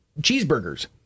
cheeseburgers